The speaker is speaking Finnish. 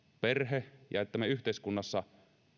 perhe ja että me yhteiskunnassa